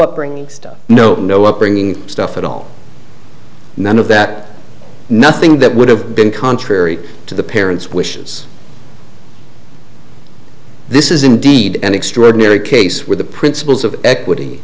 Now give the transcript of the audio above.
lot bringing stuff no no upbringing stuff at all none of that nothing that would have been contrary to the parents wishes this is indeed an extraordinary case where the principles of equity